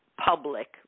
public